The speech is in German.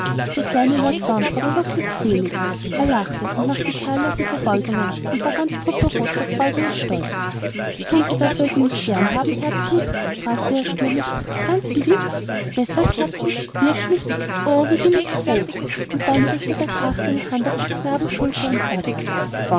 der kleine lord fauntleroy war glückselig er lächelte und machte zahllose verbeugungen und war ganz purpurrot vor stolz und freude thun sie das weil sie mich gern haben herzlieb fragte er stürmisch ganz gewiß deshalb herzlieb wirklich o wie bin ich froh und dann legte der graf seine hand auf des knaben schulter und sagte